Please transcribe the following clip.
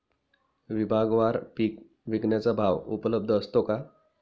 विभागवार पीक विकण्याचा भाव उपलब्ध असतो का?